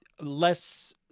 less